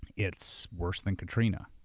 it's worse than katrina,